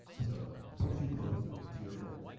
it's gonna put you closer to your goal.